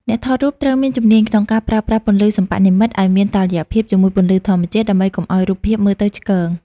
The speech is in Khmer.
អ្នកថតរូបត្រូវមានជំនាញក្នុងការប្រើប្រាស់ពន្លឺសិប្បនិម្មិត ឱ្យមានតុល្យភាពជាមួយពន្លឺធម្មជាតិ ដើម្បីកុំឱ្យរូបភាពមើលទៅឆ្គង។